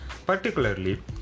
particularly